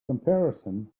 comparison